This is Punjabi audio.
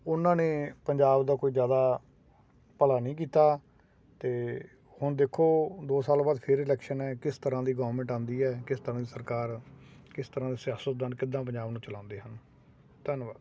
ਉਹਨਾਂ ਨੇ ਪੰਜਾਬ ਦਾ ਕੋਈ ਜਿਆਦਾ ਭਲਾ ਨਹੀਂ ਕੀਤਾ ਤੇ ਹੁਣ ਦੇਖੋ ਦੋ ਸਾਲ ਬਾਅਦ ਫਿਰ ਇਲੈਕਸ਼ਨ ਹੈ ਕਿਸ ਤਰ੍ਹਾਂ ਦੀ ਗੌਰਮੈਂਟ ਆਉਂਦੀ ਹੈ ਕਿਸ ਤਰ੍ਹਾਂ ਦੀ ਸਰਕਾਰ ਕਿਸ ਤਰ੍ਹਾਂ ਦੇ ਸਿਆਸਤਦਾਨ ਕਿੱਦਾਂ ਪੰਜਾਬ ਨੂੰ ਚਲਾਉਂਦੇ ਹਨ ਧੰਨਵਾਦ